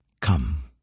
Come